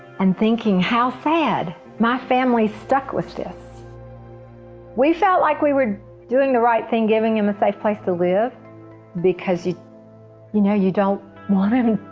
and thinking how sad my family is stuck with this we felt like we were doing the right thing giving him a so place to live because you you know you don't want him